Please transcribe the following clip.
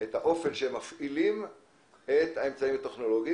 את האופן שבו הם מפעילים את האמצעים הטכנולוגיים,